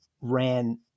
ran